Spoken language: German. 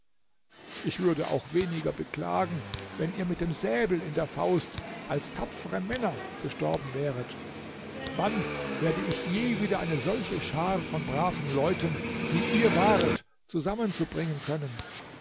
ich würde auch weniger beklagen wenn ihr mit dem säbel in der faust als tapfere männer gestorben wäret wann werde ich je wieder eine solche schar von braven leuten wie ihr waret zusammenzubringen können